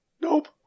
Nope